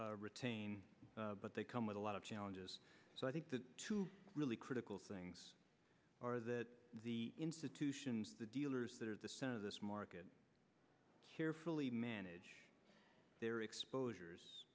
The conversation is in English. retain but they come with a lot of challenges so i think the two really critical things are that the institutions the dealers that are at the center of this market carefully manage their exposures